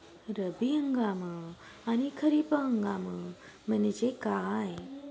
रब्बी हंगाम आणि खरीप हंगाम म्हणजे काय?